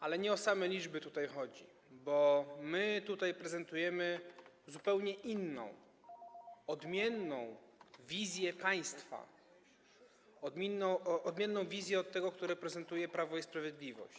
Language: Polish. Ale nie o same liczby tutaj chodzi, bo my prezentujemy zupełnie inną, odmienną wizję państwa, odmienną wizję od tej, którą prezentuje Prawo i Sprawiedliwość.